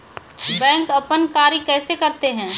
Bank अपन कार्य कैसे करते है?